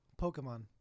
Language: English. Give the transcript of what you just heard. Pokemon